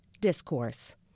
discourse